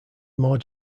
more